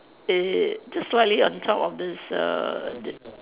err just slightly on top of this err the